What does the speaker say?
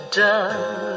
done